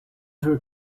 her